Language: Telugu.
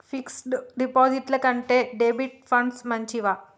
ఫిక్స్ డ్ డిపాజిట్ల కంటే డెబిట్ ఫండ్స్ మంచివా?